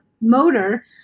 motor